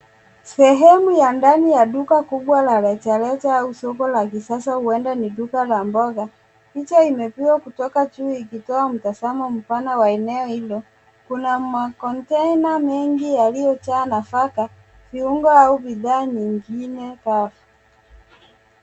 Sehemu ya ndani ya duka kubwa la rejareja au soko la kisasa huenda ni duka la mboga. Picha imepigwa kutoka juu ikitoa mtazamo mpana wa eneo hilo. Kuna kontena nyingi zilizojaa nafaka, viungo au bidhaa nyingine kavu.